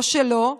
לא שלו,